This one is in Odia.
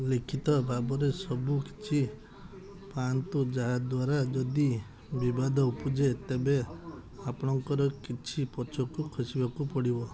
ଲିଖିତ ଭାବରେ ସବୁକିଛି ପାଆନ୍ତୁ ଯାହା ଦ୍ୱାରା ଯଦି ବିବାଦ ଉପୁଜେ ତେବେ ଆପଣଙ୍କର କିଛି ପଛକୁ ଖସିବାକୁ ପଡ଼ିବ